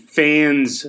fans